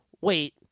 Wait